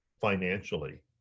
financially